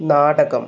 നാടകം